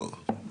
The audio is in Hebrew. לא.